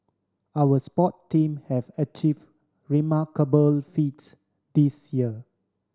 our sport team have achieve remarkable feats this year